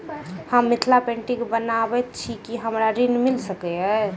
हम मिथिला पेंटिग बनाबैत छी की हमरा ऋण मिल सकैत अई?